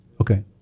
Okay